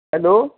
hello